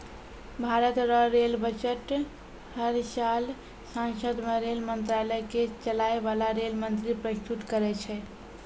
भारत रो rail budget हर साल सांसद मे रेल मंत्रालय के चलाय बाला रेल मंत्री परस्तुत करै छै